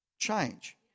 change